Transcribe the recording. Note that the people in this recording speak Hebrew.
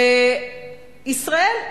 וישראל,